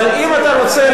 לא, זו המציאות.